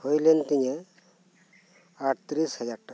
ᱦᱩᱭ ᱞᱮᱱ ᱛᱤᱧᱟᱹ ᱟᱴᱛᱨᱤᱥ ᱦᱟᱡᱟᱨ ᱴᱟᱠᱟ